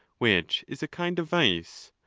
which is a kind of vice.